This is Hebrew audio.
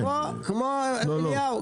כמו אליהו?